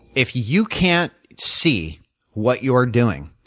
if you can't see what you are doing,